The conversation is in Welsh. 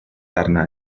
arna